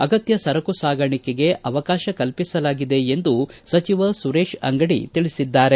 ಅಗತ್ಯ ಸರಕು ಸಾಗಾಣಿಕೆಗೆ ಅವಕಾಶ ಕಲ್ಪಸಿಲಾಗಿದೆ ಎಂದು ಸಚಿವ ಸುರೇಶ ಅಂಗಡಿ ತಿಳಿಸಿದ್ದಾರೆ